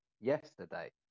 yesterday